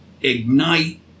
ignite